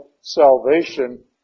salvation